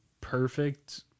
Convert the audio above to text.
perfect